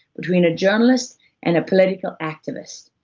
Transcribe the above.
between a journalist and a political activist,